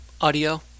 audio